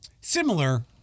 Similar